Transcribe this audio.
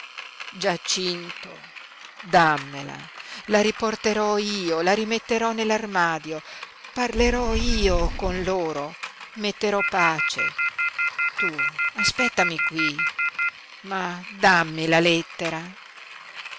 giacinto dammela la riporterò io la rimetterò nell'armadio parlerò io con loro metterò pace tu aspettami qui ma dammi la lettera